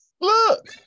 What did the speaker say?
Look